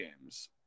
games